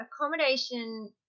accommodation